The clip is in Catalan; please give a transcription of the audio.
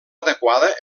adequada